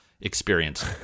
experience